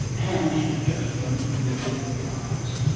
and she's just won a eureka prize.